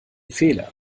fehler